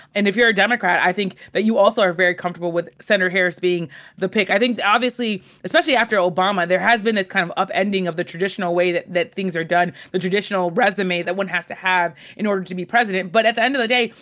and if you're a democrat, i think that you also are very comfortable with senator harris being the pick. i think obviously, especially after obama, there has been this kind of upending of the traditional way that that things are done, the traditional resume that one has to have in order to be president. but at the end of the day,